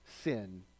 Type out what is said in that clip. sin